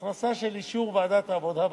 הכנסה של אישור ועדת העבודה והרווחה,